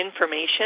information